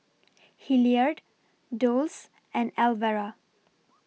Hilliard Dulce and Elvera